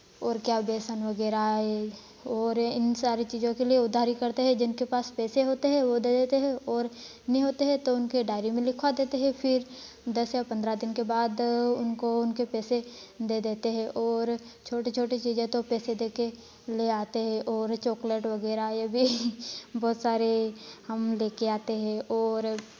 और क्या बेसन वगैरह हे और इन सारी चीज़ों के लिए उधारी करते हैं जिनके पास पैसे होते हैं वो दे देते हैं और नहीं होते है तो उनके डायरी लिखवा देते हैं फिर दस या पंद्रह दिन के बाद उनको उनके पैसे दे देते हैं और छोटी छोटी चीज़ें तो पैसे दे कर ले आते हैं और चॉकलेट वगैरह ये भी बहुत सारे हम ले कर आते हैं और